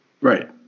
Right